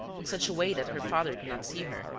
in such a way that her father could not see her,